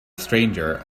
stranger